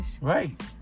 Right